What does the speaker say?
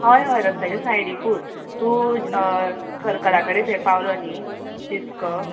हय हय रस्त्याचे सायडीकूच तूं सर्कला कडेन थंय पावलो न्हय तिस्क